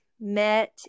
met